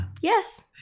yes